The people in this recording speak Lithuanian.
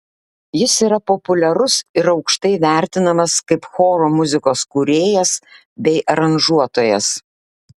jis yra populiarus ir aukštai vertinamas kaip choro muzikos kūrėjas bei aranžuotojas